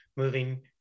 moving